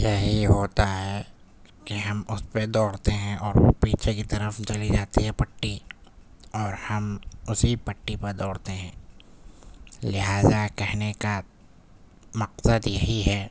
یہی ہوتا ہے کہ ہم اس پہ دوڑتے ہیں اور وہ پیچھے کی طرف چلی جاتی ہے پٹی اور ہم اسی پٹی پہ دوڑتے ہیں لہذا کہنے کا مقصد یہی ہے